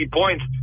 points